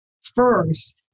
first